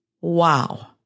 Wow